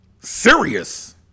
serious